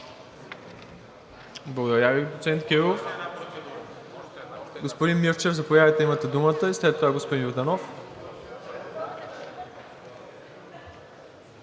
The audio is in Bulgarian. Благодаря Ви, доцент Кирилов. Господин Мирчев, заповядайте – имате думата. След това е господин Йорданов.